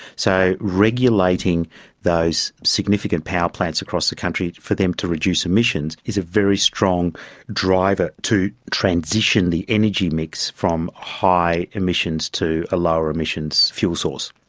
so regulating those significant power plants across the country for them to reduce emissions is a very strong driver to transition the energy mix from high emissions to a lower emissions fuel source.